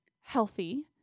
healthy